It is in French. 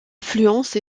affluence